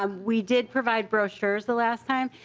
um we did provide brochures the last time.